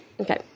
Okay